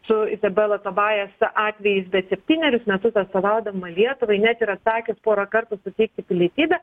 su izabela pabajas atvejis bet septynerius metus atstovaudama lietuvai net yra sakius porą kartų suteikti pilietybę